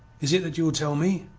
is it that you will tell me?